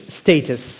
status